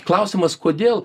klausimas kodėl